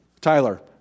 Tyler